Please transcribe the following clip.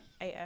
AF